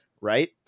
right